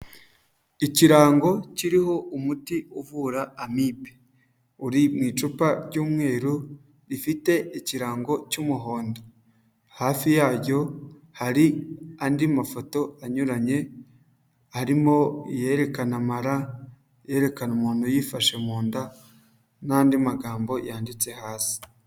Ikirango kiriho umuti uvura amibe uri mu icupa ry'umweru rifite ikirango cy'umuhondo, hafi yaryo hari andi mafoto anyuranye harimo iyerekana amara, iyerekana umuntu yifashe mu nda n'andi magambo yanditse hasi.